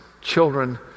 children